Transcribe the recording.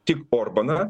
tik orbaną